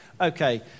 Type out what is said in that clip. Okay